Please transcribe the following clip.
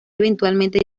eventualmente